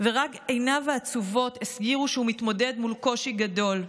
ורק עיניו העצובות הסגירו שהוא מתמודד מול קושי גדול.